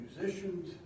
musicians